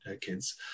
kids